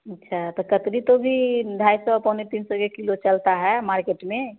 अच्छा तो कतरी तो भी ढाई सौ पौने तीन सौ के किलो चलता है मार्केट में